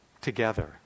together